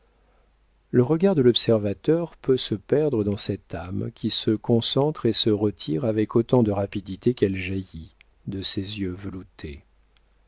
le regard de l'observateur peut se perdre dans cette âme qui se concentre et se retire avec autant de rapidité qu'elle jaillit de ces yeux veloutés